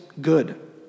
good